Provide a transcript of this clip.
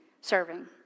serving